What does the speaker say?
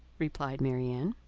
replied marianne.